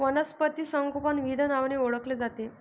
वनस्पती संगोपन विविध नावांनी ओळखले जाते